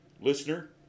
Listener